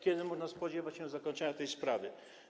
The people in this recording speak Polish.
Kiedy można spodziewać się zakończenia tej sprawy?